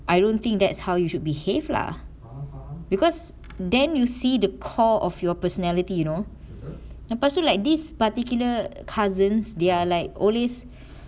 I don't think that's how you should behave lah because then you see the core of your personality you know lepas tu like this particular cousins they are like always